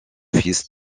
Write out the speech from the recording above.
fils